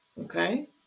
Okay